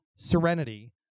Serenity